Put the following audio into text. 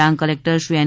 ડાંગ કલેકટરશ્રી એન